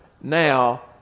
now